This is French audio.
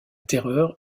terreur